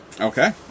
Okay